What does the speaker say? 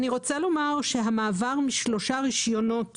אני רוצה לומר שהמעבר משלושה רישיונות